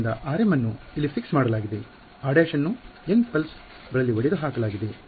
ಆದ್ದರಿಂದ rm ಅನ್ನು ಇಲ್ಲಿ ಫಿಕ್ಸ್ ಮಾಡಲಾಗಿದೆ r′ ನ್ನು N ಪಲ್ಸಸ್ ಗಳಲ್ಲಿ ಒಡೆದು ಹಾಕಲಾಗಿದೆ